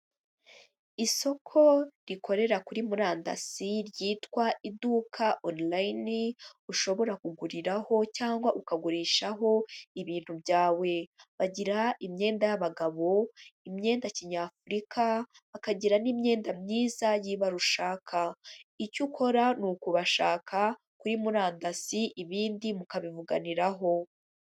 Isoko rikorera kuri murandasi ryitwa iduka online, ushobora kuguriraho cyangwa ukagurishaho ibintu byawe, bagira imyenda y'abagabo, imyenda kinyafurika, bakagira n'imyenda myiza y'ibara ushaka, icyo ukora ni ukubashaka kuri murandasi ibindi mukabivuganiraho.